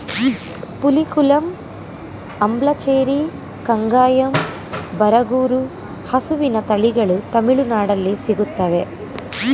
ಪುಲಿಕುಲಂ, ಅಂಬ್ಲಚೇರಿ, ಕಂಗಾಯಂ, ಬರಗೂರು ಹಸುವಿನ ತಳಿಗಳು ತಮಿಳುನಾಡಲ್ಲಿ ಸಿಗುತ್ತವೆ